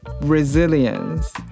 resilience